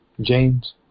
James